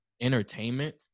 entertainment